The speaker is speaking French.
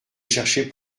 chercher